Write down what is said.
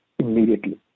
Immediately